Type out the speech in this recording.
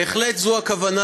בהחלט זו הכוונה,